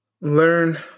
learn